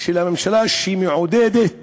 של הממשלה שמעודדת